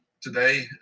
today